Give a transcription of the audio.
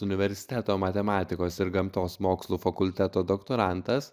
universiteto matematikos ir gamtos mokslų fakulteto doktorantas